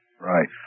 Right